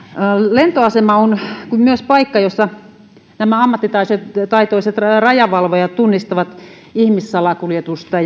lentoasema on myös paikka jossa nämä ammattitaitoiset rajavalvojat tunnistavat ihmissalakuljetusta